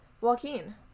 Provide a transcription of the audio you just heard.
Joaquin